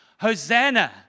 Hosanna